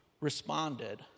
responded